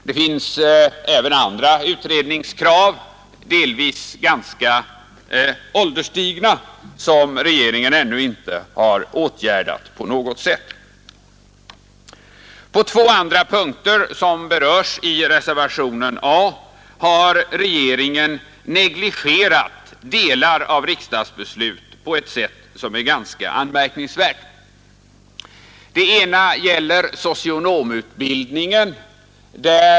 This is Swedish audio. Det finns även andra utredningskrav, delvis ganska ålderstigna, som regeringen ännu inte på något sätt har åtgärdat. På två andra punkter, som berörs i reservationen A, har regeringen negligerat delar av riksdagsbeslut på ett sätt som är anmärkningsvärt. Det gäller i det första fallet socionomutbildningen.